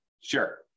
Sure